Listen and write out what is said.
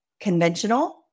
conventional